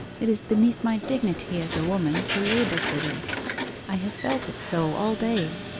it is beneath my dignity as a woman to labour for this i have felt it so all day